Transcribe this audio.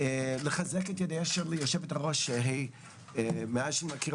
לחזק את ידיה של יושבת הראש שהיא מאז שאני מכיר